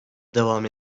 devam